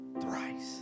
Thrice